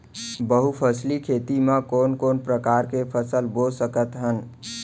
बहुफसली खेती मा कोन कोन प्रकार के फसल बो सकत हन?